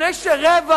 לפני שרבע